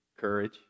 courage